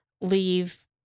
leave